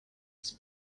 this